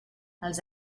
els